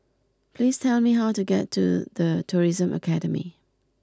please tell me how to get to The Tourism Academy